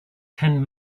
ten